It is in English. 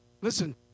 Listen